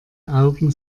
augen